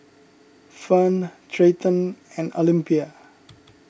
Fern Treyton and Olympia